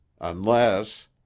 unless—